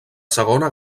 segona